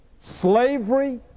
slavery